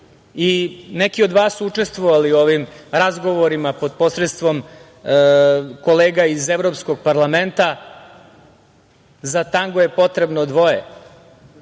neki od vas su učestvovali u ovim razgovorima pod posredstvom kolega iz Evropskog parlamenta, za tango je potrebno dvoje.